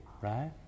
Right